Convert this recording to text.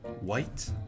White